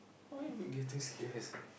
why you getting seriously